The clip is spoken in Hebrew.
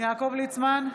יעקב ליצמן,